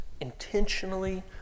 intentionally